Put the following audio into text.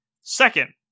Second